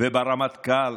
וברמטכ"ל